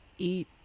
eat